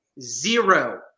Zero